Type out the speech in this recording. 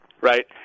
right